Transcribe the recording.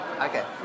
Okay